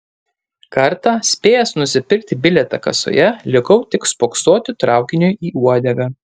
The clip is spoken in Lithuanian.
kartą spėjęs nusipirkti bilietą kasoje likau tik spoksoti traukiniui į uodegą